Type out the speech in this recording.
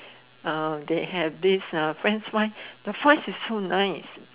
uh they have this French fries the fries is so nice